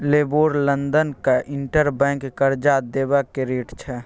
LIBOR लंदनक interbank करजा देबाक रेट छै